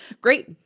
Great